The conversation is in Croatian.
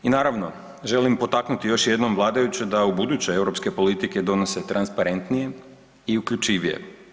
I naravno želim potaknuti još jednom vladajuće da ubuduće europske politike donose transparentnije i uključivije.